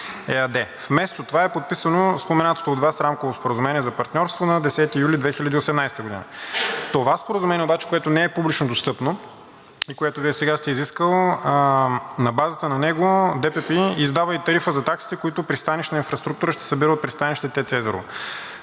Вместо това е подписано споменатото от Вас рамково споразумение за партньорство на 10 юли 2018 г. Това споразумение обаче, което не е публично достъпно и което Вие сега сте изискали, Държавно предприятие „Пристанищна инфраструктура“ издава и тарифа за таксите, които „Пристанищна инфраструктура“ ще събира от Пристанище ТЕЦ